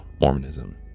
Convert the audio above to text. mormonism